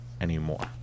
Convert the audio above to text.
anymore